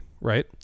right